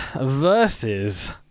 versus